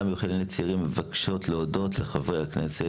המיוחדת לענייני צעירים מבקשות להודות לחברי הכנסת,